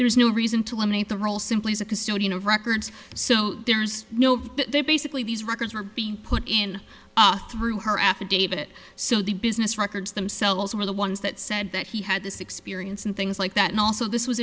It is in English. there is no reason to eliminate the role simply as a custodian of records so there's no they basically these records were being put in through her affidavit so the business records themselves were the ones that said that he had this experience and things like that and also this was